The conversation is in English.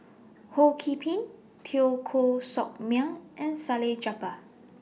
Ho Key Ping Teo Koh Sock Miang and Salleh Japar